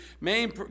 main